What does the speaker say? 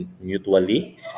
mutually